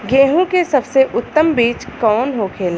गेहूँ की सबसे उत्तम बीज कौन होखेला?